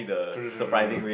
true true true true true